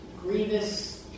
grievous